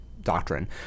doctrine